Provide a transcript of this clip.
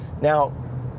Now